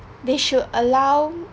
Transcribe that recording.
they should allow